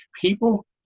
People